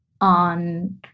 on